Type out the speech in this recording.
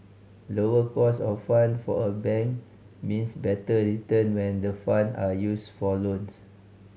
lower cost of fund for a bank means better return when the fund are used for loan